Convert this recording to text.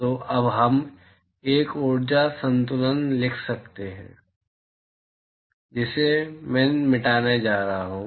तो अब हम एक ऊर्जा संतुलन लिख सकते हैं जिसे मैं मिटाने जा रहा हूं